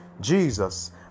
jesus